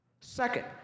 Second